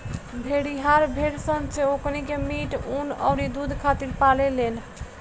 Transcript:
भेड़िहार भेड़ सन से ओकनी के मीट, ऊँन अउरी दुध खातिर पाले लेन